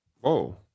Whoa